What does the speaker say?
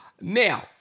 Now